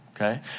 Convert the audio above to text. Okay